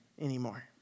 anymore